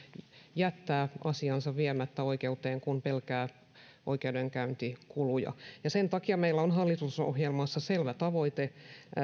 jättää asiansa viemättä oikeuteen kun pelkää oikeudenkäyntikuluja sen takia meillä on hallitusohjelmassa selvä tavoite